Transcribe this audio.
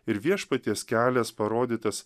ir viešpaties kelias parodytas